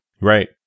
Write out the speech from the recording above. Right